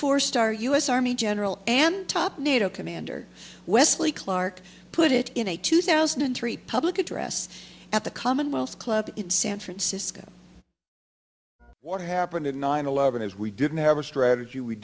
four star u s army general and top nato commander wesley clark put it in a two thousand and three public address at the commonwealth club in san francisco what happened in nine eleven is we didn't have a strategy we